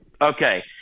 Okay